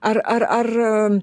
ar ar ar